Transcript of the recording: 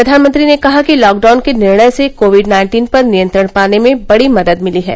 प्रधानमंत्री ने कहा कि लॉकडाउन के निर्णय से कोविड नाइन्टीन पर नियंत्रण पाने में बड़ी मदद मिली है